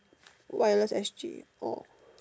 wireless s_g oh